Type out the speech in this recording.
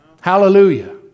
Hallelujah